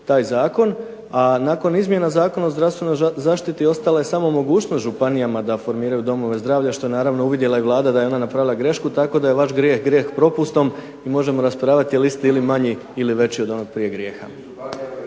taj zakon, a nakon izmjena Zakona o zdravstvenoj zaštiti ostala je samo mogućnost županijama da formiraju domove zdravlja, što naravno uvidjela je i Vlada da je ona napravila grešku, tako da je vaš grijeh grijeh propustom i možemo raspravljati je li isti ili manji ili veći od onog prije grijeha.